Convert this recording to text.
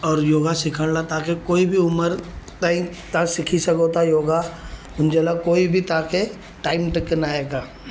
और योगा सिखण लाइ तव्हांखे कोई बि उमिरि ताईं तव्हां सिखी सघो था योगा हुनजे लाइ कोई बि तव्हांखे टाइम टेक न आहे का